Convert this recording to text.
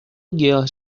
گیاه